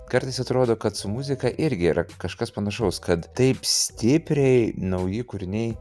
kartais atrodo kad su muzika irgi yra kažkas panašaus kad taip stipriai nauji kūriniai